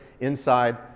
inside